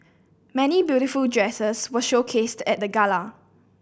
many beautiful dresses were showcased at the gala